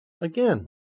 Again